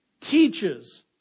teaches